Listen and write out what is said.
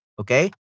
okay